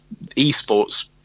eSports